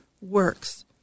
works